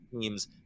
teams